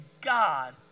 God